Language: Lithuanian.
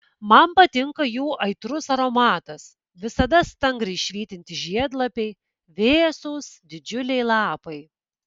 man patinka jų aitrus aromatas visada stangriai švytintys žiedlapiai vėsūs didžiuliai lapai